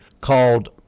called